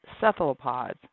cephalopods